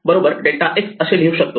x delta x असे लिहू शकतो